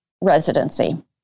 residency